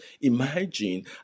Imagine